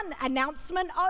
announcement